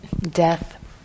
death